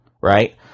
right